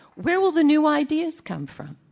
where will the new ideas come from?